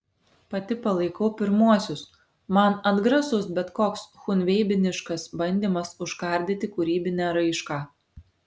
pati palaikau pirmuosius man atgrasus bet koks chunveibiniškas bandymas užkardyti kūrybinę raišką